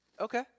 Okay